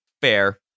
Fair